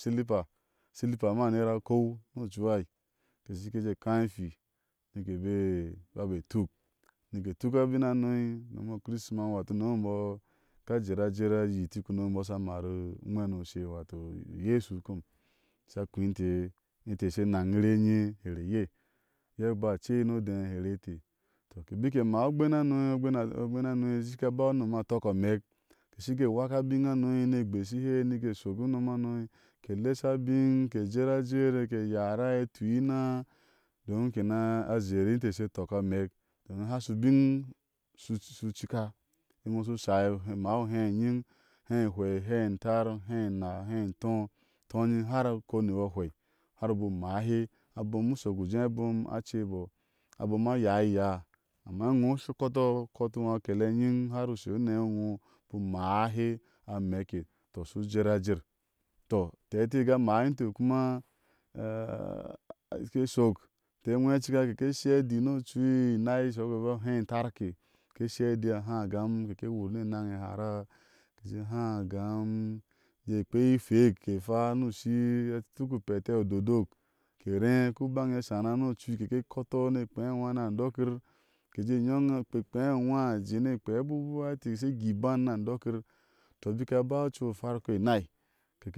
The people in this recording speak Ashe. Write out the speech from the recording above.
Silipsa siipa ma anerau kou ni ocuha, ke shi ke jé káái hwii, ni ebane etuk, nike tuk a bin hano unom o kirisima, wato unom imbɔɔ a ka jer a jer ayitek unome mbɔɔ a sha mar nwɛni u ushe, wato iyesu kom, asha kui mte, hai mitte mte she nanyir eŋye, hari iye abaa cei niode hari e inte ki bike e maa ogbén hsano, shi ka a baa unom a tɔkɔ amɛk, ki shike waka abin hano, nike gbeshihe nike shokunom hano, ke lesha abin kejer a jer, ke yara e tui inaá, domin ke na zheri inte ke she tɔk amɛk domin a haŋa a shui ubin shi u cika, iŋo ushu shai, uhén unyiŋ u hé ahwɛi, ahé atar, a hé anaa, ahé ató utoŋyiŋ har ukou ni yo hwɛi, har ubu maahe, u shok u jé abɔɔlm aacɛbɔɔ abɔɔm a yaiiyaa, amma iŋo ushi ukɔtɔ har akele anyiŋ, har ushe u nɛhi iŋo uba u maa hɛ amɛk e tɔ shiu jer a jer tɔ antɛ inte a ga maahi inte a ke shiɔk inte anwɛ ha cika ke ke shi adi ni ocu lnai shɔkpe abahé intarke, keke shi adi a há agam, ke ke wur ni enaŋee haraa, ke há agam, jé kpei ihɛk ke hwa ni ushi, a tuku pete idodok, ke ré ku banŋe e shana ni ocui keke kɔtɔ ni kpea aŋwaá ni andokir kejé nyoŋo eke kpea aŋwaa ke kpea abubuwainte she gui iban na niandokir tɔ bika baa ocu o hwarko enai